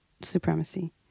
supremacy